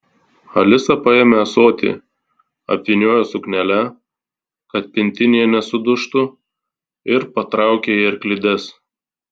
alisa paėmė ąsotį apvyniojo suknele kad pintinėje nesudužtų ir patraukė į arklides